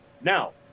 Now